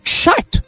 shut